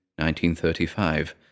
1935